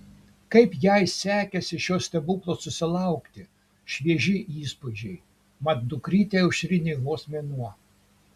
kaip jai sekėsi šio stebuklo susilaukti švieži įspūdžiai mat dukrytei aušrinei vos mėnuo